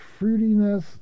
fruitiness